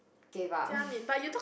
gave up